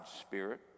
spirit